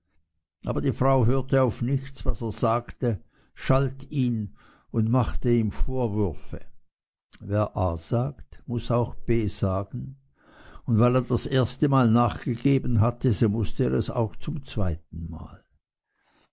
aber die frau hörte auf nichts was er sagte schalt ihn und machte ihm vorwürfe wer a sagt muß auch b sagen und weil er das erstemal nachgegeben hatte so mußte er es auch zum zweitenmal